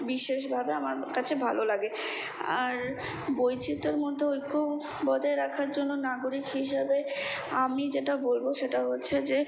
বিশেষভাবে আমার কাছে ভালো লাগে আর বৈচিত্রের মধ্যে ঐক্য বজায় রাখার জন্য নাগরিক হিসাবে আমি যেটা বলবো সেটা হচ্ছে যে